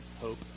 hope